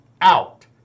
out